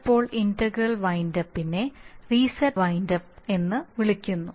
ചിലപ്പോൾ integral wind അപ്പിനെ reset wind up എന്ന് വിളിക്കുന്നു